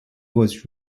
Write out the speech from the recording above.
was